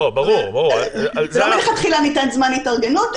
זה לא שמלכתחילה ניתן זמן התארגנות,